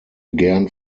gern